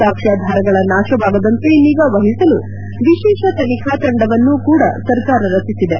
ಸಾಕ್ಷಾಧಾರಗಳ ನಾಶವಾಗದಂತೆ ನಿಗಾ ವಹಿಸಲು ವಿಶೇಷ ತನಿಖಾ ತಂಡವನ್ನು ಕೂಡ ಸರ್ಕಾರ ರಚಿಸಿದೆ